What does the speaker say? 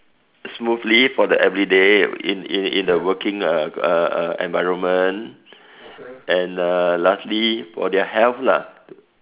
smoothly for the everyday in in in the working uh uh uh environment and uh lastly for their health lah